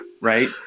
Right